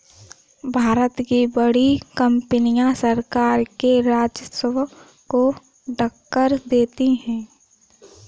भारत की बड़ी कंपनियां सरकार के राजस्व को टक्कर देती हैं